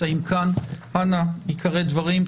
אנא הקפידו להגיד עיקרי דברים,